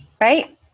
Right